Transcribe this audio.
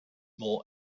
more